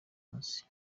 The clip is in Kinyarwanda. munsi